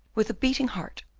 with a beating heart,